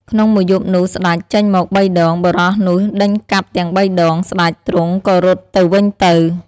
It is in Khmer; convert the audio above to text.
ក្នុង មួយយប់នោះស្ដេចចេញមក៣ដង បុរសនោះដេញកាប់ទាំង៣ដង ស្តេចទ្រង់ក៏រត់ទៅវិញទៅ។